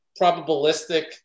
probabilistic